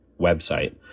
website